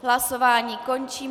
Hlasování končím.